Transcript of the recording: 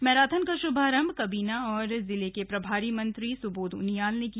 marathon का शुभारंभ कबीना और जिले के प्रभारी मंत्री सुबोध उनियाल ने किया